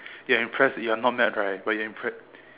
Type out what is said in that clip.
you're impressed you're not mad right but you're impressed